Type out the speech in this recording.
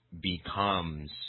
becomes